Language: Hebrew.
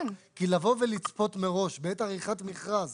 לבוא ולצפות מראש בעת עריכת מכרז